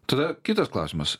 tada kitas klausimas